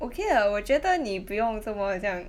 okay lah 我觉得你不用怎么很像